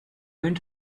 going